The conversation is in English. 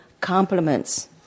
compliments